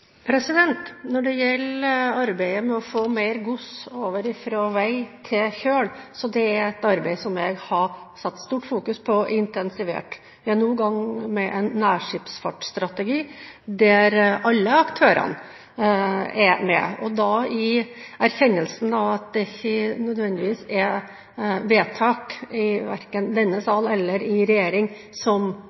Når det gjelder arbeidet med å få mer gods over fra vei til kjøl, er det et arbeid som jeg har fokusert mye på og intensivert, i denne omgang med en nærskipsfartsstrategi der alle aktørene er med, og da i erkjennelsen av at det ikke nødvendigvis er vedtak verken i denne sal eller i regjeringen som